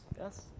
yes